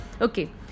Okay